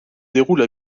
déroule